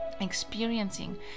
experiencing